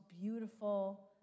beautiful